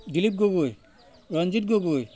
Dilip Gogoi Ranjit Gogoi